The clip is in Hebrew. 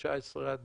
19 39,